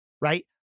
right